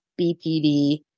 BPD